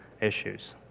issues